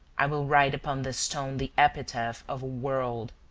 i will write upon this stone the epitaph of a world.